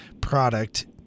product